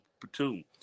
platoon